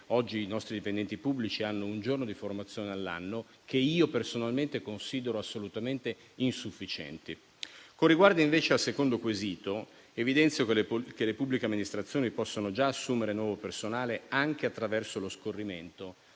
oggi i nostri dipendenti pubblici hanno un giorno di formazione all'anno, che personalmente considero assolutamente insufficiente. Con riguardo invece al secondo quesito, evidenzio che le pubbliche amministrazioni possono già assumere nuovo personale, anche attraverso lo scorrimento